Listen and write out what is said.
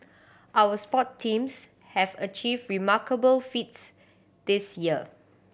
our sport teams have achieved remarkable feats this year